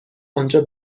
آنجا